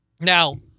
Now